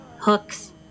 Hooks